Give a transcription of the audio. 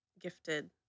gifted